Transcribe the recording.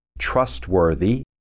trustworthy